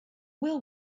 will